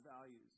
values